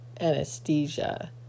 anesthesia